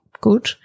good